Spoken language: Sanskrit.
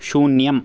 शून्यम्